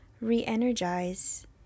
re-energize